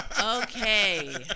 okay